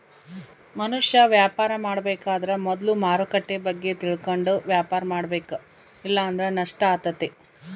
ಮನುಷ್ಯ ವ್ಯಾಪಾರ ಮಾಡಬೇಕಾದ್ರ ಮೊದ್ಲು ಮಾರುಕಟ್ಟೆ ಬಗ್ಗೆ ತಿಳಕಂಡು ವ್ಯಾಪಾರ ಮಾಡಬೇಕ ಇಲ್ಲಂದ್ರ ನಷ್ಟ ಆತತೆ